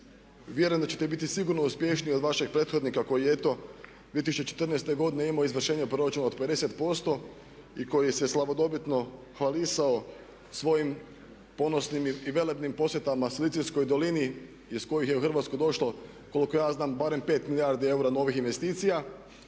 Vjerujem da ćete biti sigurno uspješniji od vašeg prethodnika koji eto 2014. godine je imao izvršenje proračuna od 50% i koji se slavodobitno hvalisao svojim ponosnim i velebnim posjetima … iz kojih je u Hrvatsku došao koliko ja znam barem 5 milijardi eura novih investicija.